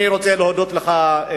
אני רוצה להודות לך,